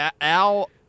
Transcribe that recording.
Al